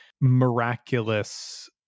miraculous